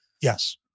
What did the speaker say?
Yes